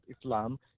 Islam